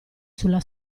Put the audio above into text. sulla